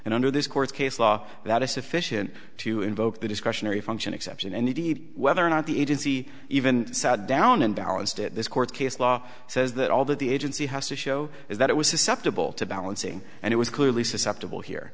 and under this court case law that is sufficient to invoke the discretionary function exception and indeed whether or not the agency even sat down and balanced it this court case law says that all that the agency has to show is that it was susceptible to balancing and it was clearly susceptible here